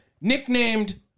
Nicknamed